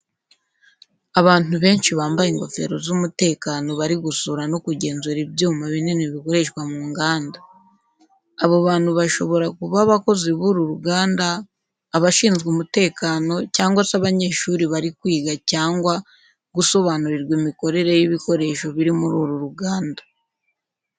Abantu benshi bambaye ingofero z’umutekano bari gusura no kugenzura ibyuma binini bikoreshwa mu nganda. Abo bantu bashobora kuba abakozi b'uru ruganda, abashinzwe umutekano, cyangwa se abanyeshuri bari kwiga cyangwa gusobanurirwa imikorere y’ibikoresho biri muri uru ruganda.